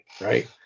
right